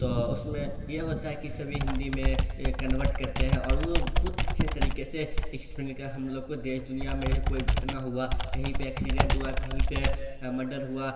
تو اس میں یہ ہوتا ہے کہ سبھی ہندی میں کنورٹ کرتے ہیں اور وہ بہت اچھے طریقے سے اکسپلین کرا ہم لوگ کو دیس دنیا میں جیسے کوئی گھٹنا ہوا کہیں پہ ایکسیڈنٹ ہوا کہیں پہ مڈر ہوا